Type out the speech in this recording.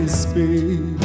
speak